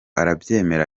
arabyemera